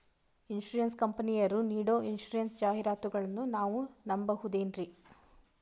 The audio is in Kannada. ಇನ್ಸೂರೆನ್ಸ್ ಕಂಪನಿಯರು ನೀಡೋ ಇನ್ಸೂರೆನ್ಸ್ ಜಾಹಿರಾತುಗಳನ್ನು ನಾವು ನಂಬಹುದೇನ್ರಿ?